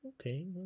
Okay